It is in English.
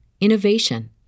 innovation